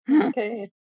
Okay